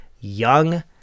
young